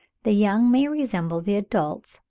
the young may resemble the adults,